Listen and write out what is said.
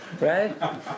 Right